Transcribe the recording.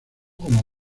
como